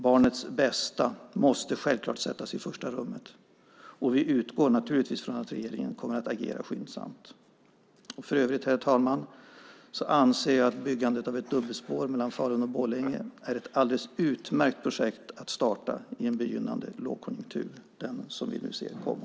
Barnets bästa måste självfallet sättas i första rummet, och vi utgår naturligtvis från att regeringen kommer att agera skyndsamt. För övrigt, herr talman, anser jag att byggandet av ett dubbelspår mellan Falun och Borlänge är ett alldeles utmärkt projekt att starta i en begynnande lågkonjunktur - den som vi nu ser komma.